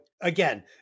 Again